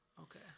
Okay